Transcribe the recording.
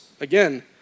again